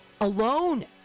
alone